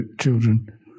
children